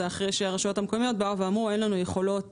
וזה אחרי שהרשויות המקומיות באו ואמרו: "אין לנו יכולות